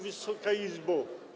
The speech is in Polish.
Wysoka Izbo!